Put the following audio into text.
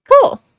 cool